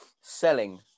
selling